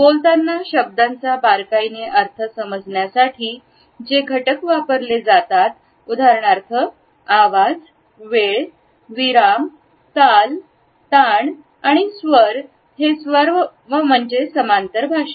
बोलताना शब्दांचा बारकाईने अर्थ समजण्यासाठी जे घटक वापरले जातात उदाहरणार्थ आवाज वेळ विराम ताल ताण आणि स्वर हे सर्व म्हणजे समांतर भाषा